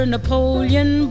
Napoleon